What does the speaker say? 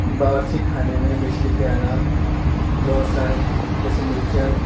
باورچی خانے میں بجلی کے آلات بہت سارے ہیں جیسے مکسر